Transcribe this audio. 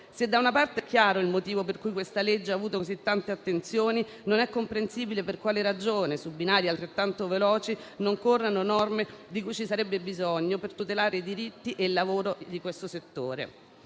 Se, da una parte, è chiaro il motivo per cui questa legge abbia avuto così tante attenzioni, non è comprensibile per quale ragione su binari altrettanto veloci non corrano norme di cui vi sarebbe bisogno per tutelare i diritti e il lavoro di questo settore.